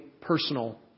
personal